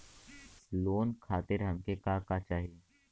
Loan खातीर हमके का का चाही?